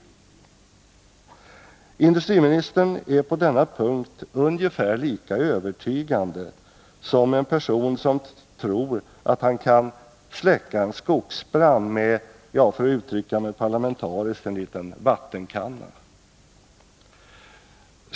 Industriministern är på denna punkt ungefär lika övertygande som en person som tror att han kan släcka en skogsbrand med — för att uttrycka mig parlamentariskt — en liten vattenkanna.